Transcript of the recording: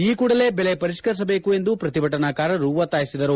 ಈ ಕೂಡಲೇ ಬೆಲೆ ಪರಿಷ್ಠರಿಸಬೇಕು ಎಂದು ಪ್ರತಿಭಟನಾಕಾರರು ಒತ್ತಾಯಿಸಿದರು